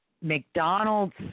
McDonald's